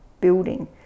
building